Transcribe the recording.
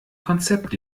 konzept